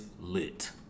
lit